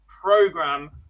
program